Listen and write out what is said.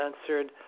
answered